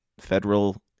federal